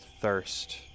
thirst